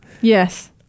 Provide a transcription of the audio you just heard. Yes